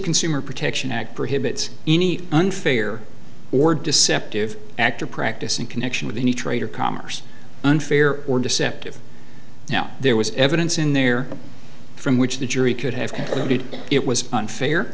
consumer protection act prohibits any unfair or deceptive act or practice in connection with any trade or commerce unfair or deceptive now there was evidence in there from which the jury could have concluded it was unfair